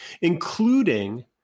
including